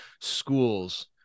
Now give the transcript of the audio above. schools